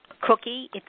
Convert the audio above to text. cookie